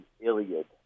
Iliad